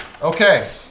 Okay